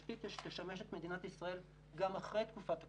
תשתית שתשמש את מדינת ישראל גם אחרי תקופת הקורונה.